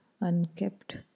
Unkept